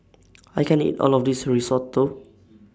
I can't eat All of This Risotto